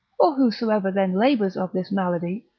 or whosoever then labours of this malady,